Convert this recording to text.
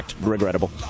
regrettable